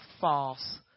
false